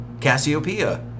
Cassiopeia